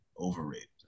overrated